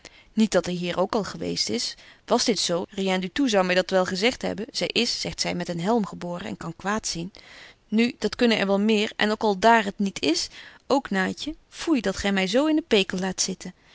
niet dat die hier ook al geweest is was dit zo rien du tout zou my dat wel gezegt hebben zy is zegt zy met een helm geboren en kan kwaad zien nu dat kunnen er wel meer en ook al daar het niet is ook naatje foei dat gy my zo in den pekel laat zitten